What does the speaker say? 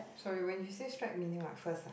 sorry when you say strike meaning what first ah